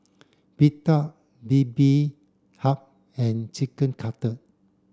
Pita Bibimbap and Chicken Cutlet